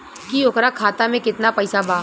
की ओकरा खाता मे कितना पैसा बा?